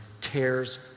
tears